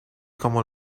como